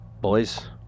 boys